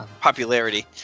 popularity